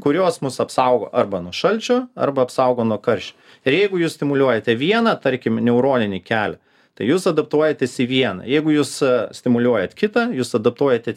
kurios mus apsaugo arba nuo šalčio arba apsaugo nuo karščio ir jeigu jūs stimuliuojate vieną tarkim neuroninį kelią tai jūs adaptuojatės į vieną jeigu jūs stimuliuojat kitą jūs adaptuojate